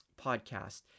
podcast